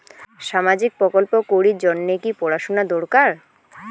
সামাজিক প্রকল্প করির জন্যে কি পড়াশুনা দরকার?